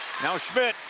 now schmitt,